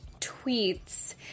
tweets